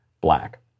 black